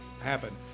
happen